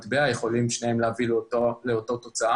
דוגמה אחת זה הנושא של הקרן לחקלאות,